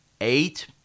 eight